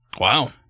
Wow